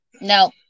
no